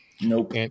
Nope